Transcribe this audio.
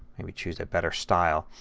maybe choose a better style.